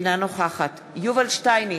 אינה נוכחת יובל שטייניץ,